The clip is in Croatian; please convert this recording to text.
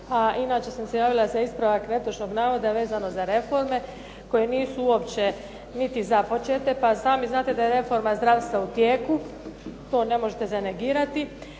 inače sam se javila za ispravak netočnog navoda vezano za reforme koje nisu uopće niti započete. Pa sami znate da je reforma zdravstva u tijeku. To ne možete negirati.